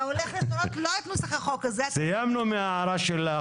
אתה הולך לשנות לא את נוסח החוק הזה -- סיימנו עם ההערה שלך.